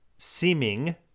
seeming